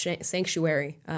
sanctuary